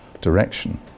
direction